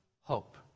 hope